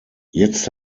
jetzt